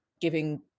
giving